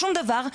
שום דבר,